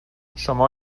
شما